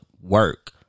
work